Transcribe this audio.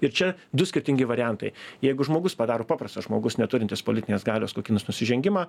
ir čia du skirtingi variantai jeigu žmogus padaro paprastas žmogus neturintis politinės galios kokį nors nusižengimą